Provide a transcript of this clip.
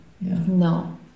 No